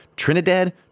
trinidad